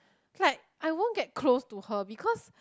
like I won't get close to her because